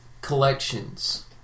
collections